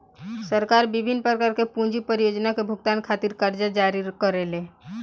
सरकार बिभिन्न प्रकार के पूंजी परियोजना के भुगतान खातिर करजा जारी करेले